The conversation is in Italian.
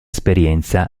esperienza